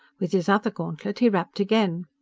with his other gauntlet he rapped again.